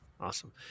awesome